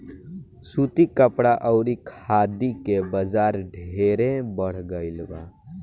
सूती कपड़ा अउरी खादी के बाजार ढेरे बढ़ गईल बा